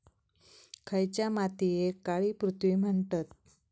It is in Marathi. खयच्या मातीयेक काळी पृथ्वी म्हणतत?